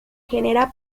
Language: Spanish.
genera